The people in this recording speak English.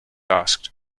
asked